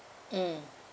mm